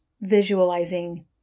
visualizing